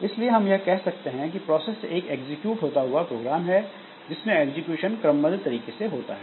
इसलिए हम कह सकते हैं कि प्रोसेस एक एग्जीक्यूट होता हुआ प्रोग्राम है जिसमें एग्जीक्यूशन क्रमबद्ध तरीके से हो रहा है